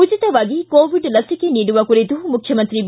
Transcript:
ಉಚಿತವಾಗಿ ಕೋವಿಡ್ ಲಿಸಿಕೆ ನೀಡುವ ಕುರಿತು ಮುಖ್ಯಮಂತ್ರಿ ಬಿ